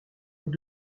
nous